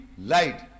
light